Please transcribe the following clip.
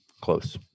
close